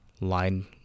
line